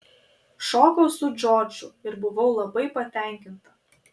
šokau su džordžu ir buvau labai patenkinta